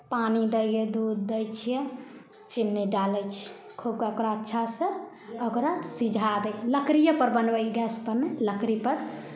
पानि दै हइ दूध दै छियै चीनी डालै छियै खूबके ओकरा अच्छासँ ओकरा सिझा दै लकड़िएपर बनबै हइ गैसपर नहि लकड़ीपर